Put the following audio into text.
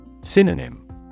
SYNONYM